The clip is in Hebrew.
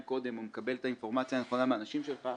קודם ומקבל את האינפורמציה הנכונה מהאנשים שלך,